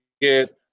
get